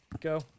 Go